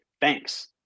thanks